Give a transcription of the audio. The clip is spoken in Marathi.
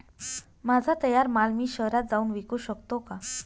माझा तयार माल मी शहरात जाऊन विकू शकतो का?